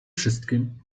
wszystkim